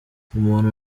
umuntu